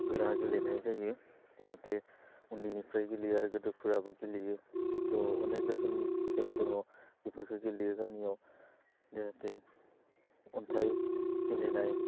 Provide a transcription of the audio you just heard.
गोरा गेलेनाय जायो जाहाथे उन्दैनिफ्राय गेलेयो आरो गेदेरफ्राबो गेलेयो थह अनेग रोखोमनि खेल दङ बेफोरखौ गेलेयो गामियाव जायहाथे अन्थाइ गेलेनाय